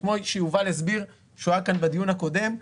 כמו שיובל הסביר כשהוא היה כאן בדיון הקודם,